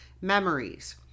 Memories